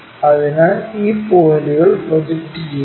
അതിനാൽ ഈ പോയിന്റുകൾ പ്രോജക്റ്റ് ചെയ്യുക